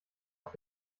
auf